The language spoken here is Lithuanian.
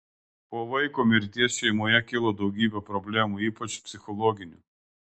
po vaiko mirties šeimoje kilo daugybė problemų ypač psichologinių